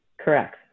Correct